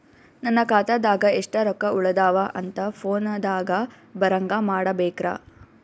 ನನ್ನ ಖಾತಾದಾಗ ಎಷ್ಟ ರೊಕ್ಕ ಉಳದಾವ ಅಂತ ಫೋನ ದಾಗ ಬರಂಗ ಮಾಡ ಬೇಕ್ರಾ?